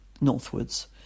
northwards